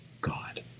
God